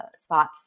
spots